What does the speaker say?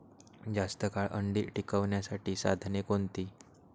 जास्त काळ अंडी टिकवण्यासाठी साधने कोणती?